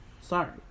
Sorry